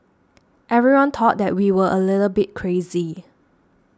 everyone thought that we were a little bit crazy